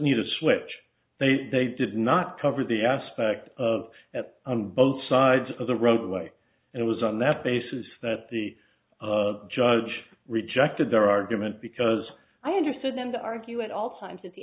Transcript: need a switch they did not cover the aspect of at on both sides of the roadway and it was on that basis that the judge rejected their argument because i understood them to argue at all times to the